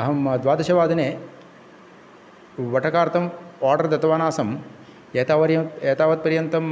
अहं द्वादशवादने वटकार्थम् ओर्डर् दत्तवान् आसम् एतावर्यं एतावत् पर्यन्तं